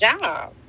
job